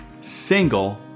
single